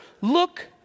look